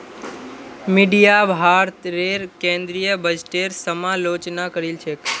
media भारतेर केंद्रीय बजटेर समालोचना करील छेक